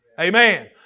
amen